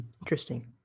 Interesting